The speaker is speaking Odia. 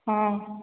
ହଁ